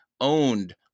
owned